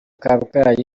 kabgayi